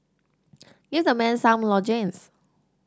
give the man some lozenges